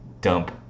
dump